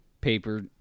paper